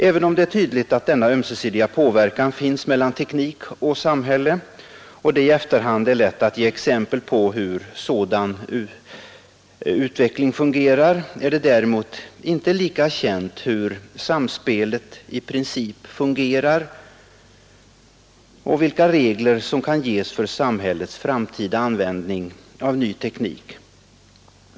Även om det är tydligt att denna ömsesidiga påverkan finns mellan teknik och samhälle och det i efterhand är lätt att ge exempel på hur sådan utveckling fungerar är det inte lika väl känt hur samspelet i princip fungerar och vilka regler som kan ges för samhällets framtida användning av ny teknik.